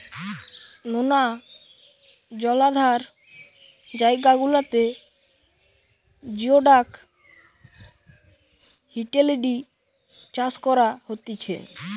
নোনা জলাধার জায়গা গুলাতে জিওডাক হিটেলিডি চাষ করা হতিছে